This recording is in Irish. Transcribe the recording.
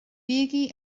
bígí